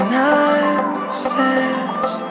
nonsense